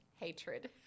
hatred